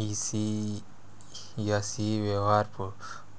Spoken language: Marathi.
ई.सी.एस ही व्यवहार,